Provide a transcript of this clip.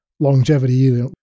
longevity